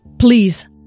Please